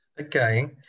Okay